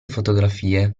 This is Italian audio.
fotografie